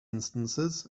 instances